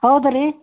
ಹೌದು ರೀ